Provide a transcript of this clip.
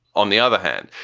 on the other hand,